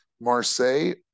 marseille